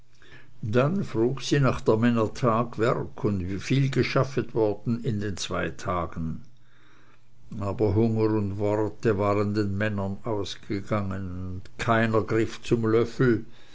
dann frug sie nach der männer tagewerk und wieviel geschaffet worden in den zwei tagen aber hunger und worte waren den männern ausgegangen und keiner griff zum löffel